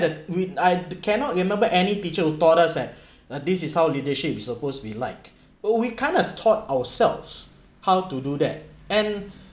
that we I cannot remember any teacher who taught us at uh this is how leadership is supposed be like oh we kind of taught ourselves how to do that and